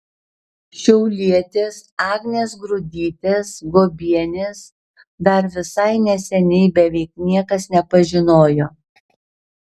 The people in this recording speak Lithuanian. šiaulietės agnės grudytės guobienės dar visai neseniai beveik niekas nepažinojo